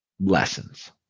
lessons